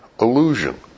illusion